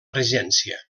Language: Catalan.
regència